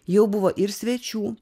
jau buvo ir svečių